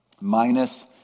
minus